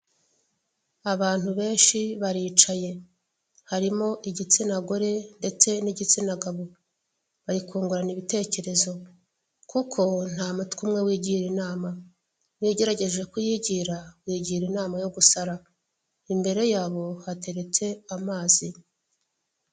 Abantu benshi baricaye, harimo igitsina gore ndetse n'igitsina gabo, bari kungurana ibitekerezo kuko nta mutwe umwe wigira inama, iyo ugerageje kuyigira, wigira inama yo gusara. Imbere yabo hateretse amazi.